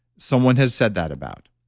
someone has said that about.